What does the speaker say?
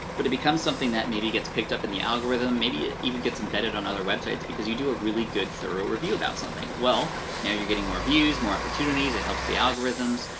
but it becomes something that maybe gets picked up in the algorithm, maybe it even gets embedded on other websites because you do a really good, thorough review about something. well now you're getting more views, more opportunities, it helps the algorithms,